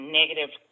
negative